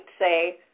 say